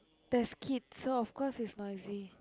there's kids so of course it's noisy